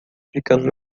ficando